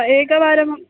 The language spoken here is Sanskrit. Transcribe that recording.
एकवारम्